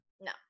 no